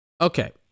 Okay